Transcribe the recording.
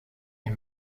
est